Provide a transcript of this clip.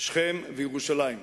שכם וירושלים.